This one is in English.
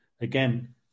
again